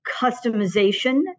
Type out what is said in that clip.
customization